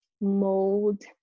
mold